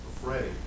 afraid